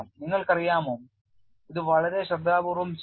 നിങ്ങൾക്കറിയാമോ ഇത് വളരെ ശ്രദ്ധാപൂർവ്വം ചെയ്തു